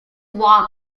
walk